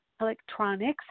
electronics